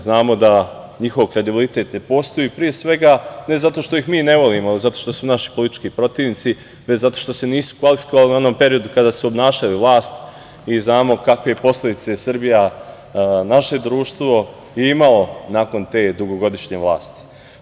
Znamo da njihov kredibilitet ne postoji pre svega ne zato što ih mi ne volimo, zato što su naši politički protivnici, već zato što se nisu kvalifikovali u onom periodu kada su obnašali vlast i znamo kakve posledice je Srbija, naše društvo imala nakon te dugogodišnje vlasti.